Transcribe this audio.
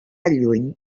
lluny